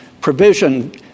provision